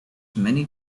many